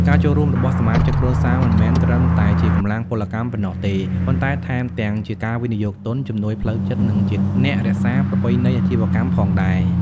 ការចូលរួមរបស់សមាជិកគ្រួសារមិនមែនត្រឹមតែជាកម្លាំងពលកម្មប៉ុណ្ណោះទេ ប៉ុន្តែថែមទាំងជាការវិនិយោគទុន ជំនួយផ្លូវចិត្ត និងជាអ្នករក្សាប្រពៃណីអាជីវកម្មផងដែរ។